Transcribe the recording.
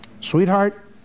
Sweetheart